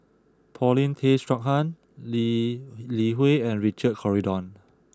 Paulin Tay Straughan Lee Li Hui and Richard Corridon